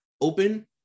open